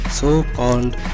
so-called